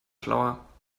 schlauer